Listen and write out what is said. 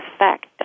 effect